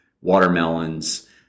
watermelons